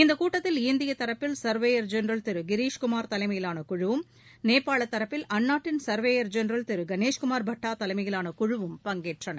இக்கூட்டத்தில் இந்திய தரப்பில் சர்வேயர் ஜெனரல் திரு கிரிஷ் குமார் தலைமையிலான குழுவும் நேபாள தரப்பில் அந்நாட்டின் சர்வேயர் ஜெனரல் திரு கணேஷ்குமார் பட்டா தலைமையிலான குழுவும் பங்கேற்றன